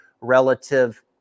relative